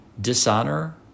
Dishonor